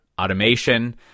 automation